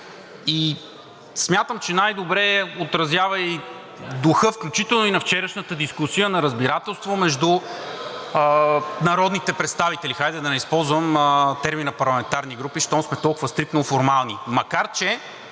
Смятам, че най-добре отразява и духа, включително и на вчерашната дискусия, на разбирателство между народните представители, хайде да не използвам термина „парламентарни групи“, щом сме толкова стриктно формални.